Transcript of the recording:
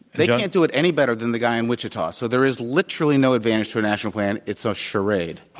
they can't do it any better than the guy in wichita. so there is literally no advantage to a national plan. it's a charade.